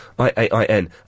I-A-I-N